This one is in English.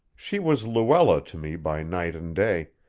she was luella to me by night and day,